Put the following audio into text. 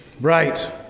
Right